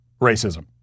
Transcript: racism